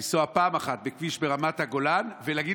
לנסוע פעם אחת בכביש ברמת הגולן ולהגיד